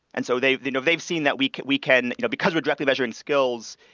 and so they've you know they've seen that we can we can you know because we directly measuring skills,